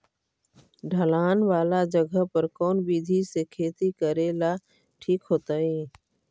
ढलान वाला जगह पर कौन विधी से खेती करेला ठिक होतइ?